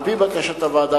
על-פי בקשת הוועדה,